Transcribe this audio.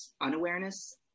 unawareness